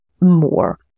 more